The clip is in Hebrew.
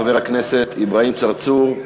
חבר הכנסת אברהים צרצור,